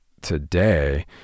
today